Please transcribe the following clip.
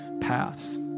paths